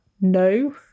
no